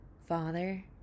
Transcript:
Father